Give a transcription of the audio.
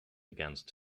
against